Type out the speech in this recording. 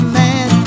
man